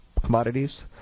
commodities